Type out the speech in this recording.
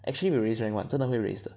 actually will raise them [one] 真的会 raise 的